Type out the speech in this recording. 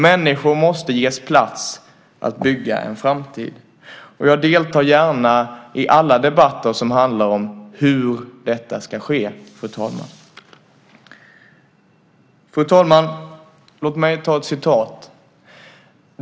Människor måste ges plats att bygga en framtid, och jag deltar gärna i alla debatter som handlar om hur detta ska ske, fru talman. Fru talman! Låt mig ta ett citat.